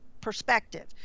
perspective